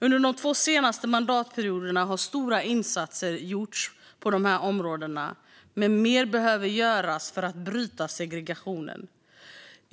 Under de två senaste mandatperioderna har stora insatser gjorts på de här områdena, men mer behöver göras för att bryta segregationen.